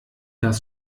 das